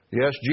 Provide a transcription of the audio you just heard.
Yes